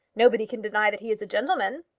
nobody can deny that he is a gentleman.